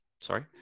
sorry